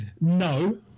no